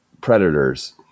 predators